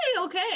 okay